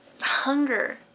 hunger